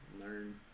learn